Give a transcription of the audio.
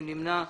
מי נמנע?